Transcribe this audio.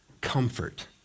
Comfort